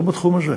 לא בתחום הזה.